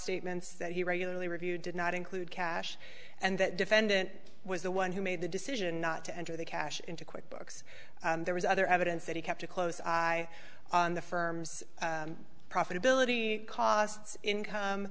statements that he regularly reviewed did not include cash and that defendant was the one who made the decision not to enter the cash into quick books there was other evidence that he kept a close eye on the firm's profitability costs income